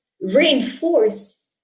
reinforce